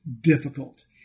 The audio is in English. difficult